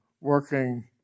working